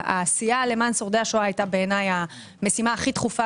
העשייה למען שורדי השואה הייתה בעיניי המשימה הכי דחופה